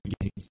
games